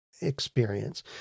experience